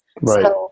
right